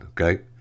okay